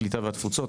הקליטה והתפוצות.